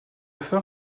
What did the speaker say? phare